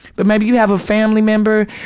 but maybe you have a family member,